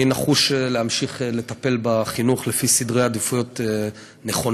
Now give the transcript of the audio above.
אני נחוש להמשיך לטפל בחינוך לפי סדרי עדיפויות נכונים,